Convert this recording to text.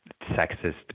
sexist